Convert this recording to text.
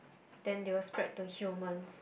then they will spread to humans